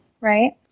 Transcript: Right